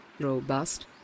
robust